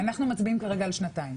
אנחנו מצביעים כרגע על שנתיים.